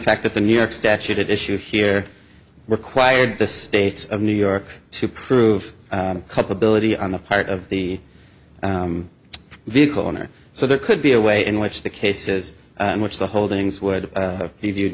fact that the new york statute issue here required the states of new york to prove cup ability on the part of the vehicle owner so there could be a way in which the cases in which the holdings would be viewed